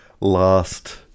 last